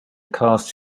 cast